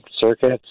circuits